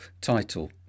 title